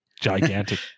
gigantic